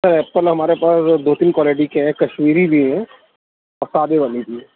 ہیں ایپل ہمارے پاس دو تین کوالٹی کے ہیں کشمیری بھی ہیں اور سادے والے بھی ہیں